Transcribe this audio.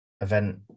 event